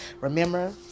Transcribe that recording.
Remember